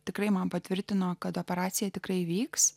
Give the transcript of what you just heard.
tikrai man patvirtino kad operacija tikrai įvyks